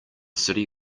city